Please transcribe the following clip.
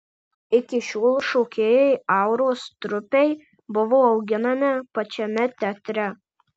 iki šiol šokėjai auros trupei buvo auginami pačiame teatre